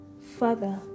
Father